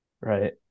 right